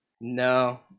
No